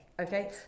Okay